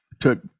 took